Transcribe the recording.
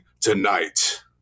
tonight